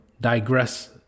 digress